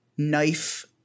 knife